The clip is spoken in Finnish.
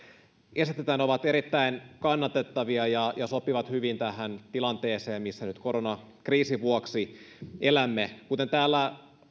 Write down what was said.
esitetään ovat erittäin kannatettavia ja ja sopivat hyvin tähän tilanteeseen missä nyt koronakriisin vuoksi elämme kuten täällä